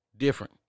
Different